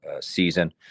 season